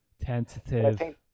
tentative